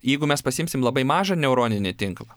jeigu mes pasiimsim labai mažą neuroninį tinklą